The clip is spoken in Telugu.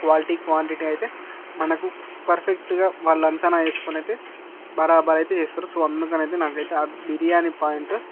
క్వాలిటీ క్వాంటిటీ అయితే మనకు పర్ఫెక్ట్గా వాళ్ళు అంచాన వేసుకొని అయితే బరాబర్ చేస్తారు సో అందుకని అయితే ఆ బిర్యానీ పాయింటు